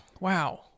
wow